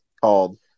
called